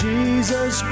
Jesus